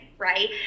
Right